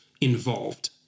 involved